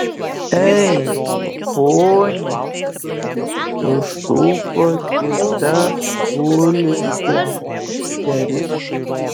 ei pone sušuko kita gulinti moteris